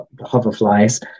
hoverflies